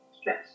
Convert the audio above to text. stress